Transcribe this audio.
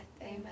Amen